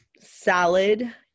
salad